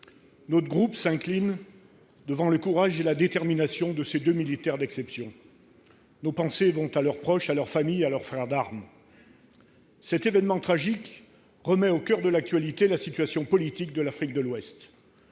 Notre groupe s'incline devant le courage et la détermination de ces deux militaires d'exception. Nos pensées vont à leurs proches, à leurs familles et à leurs frères d'armes. Cet événement tragique remet au coeur de l'actualité la situation politique de l'Afrique de l'Ouest.